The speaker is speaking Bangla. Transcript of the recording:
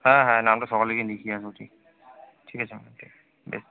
হ্যাঁ হ্যাঁ নামটা সকালে গিয়ে লিখিয়ে আসবো ঠিক ঠিক আছে ম্যাডাম ঠিক আছে বেশ